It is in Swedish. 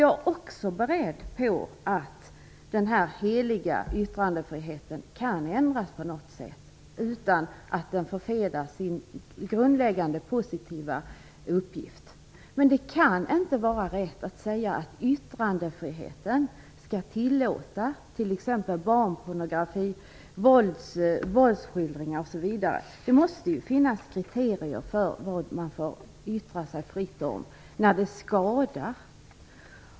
Jag är också beredd på att den heliga yttrandefriheten kan ändras på något sätt utan att den förfelar sin grundläggande positiva uppgift. Men det kan inte vara rätt att säga att yttrandefriheten skall tillåta t.ex. barnpornografi, våldsskildringar osv. Det måste finnas kriterier för vad man får yttra sig fritt om när det skadar.